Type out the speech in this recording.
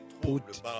put